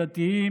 דתיים,